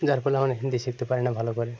যার ফলে আমরা হিন্দি শিখতে পারি না ভালো করে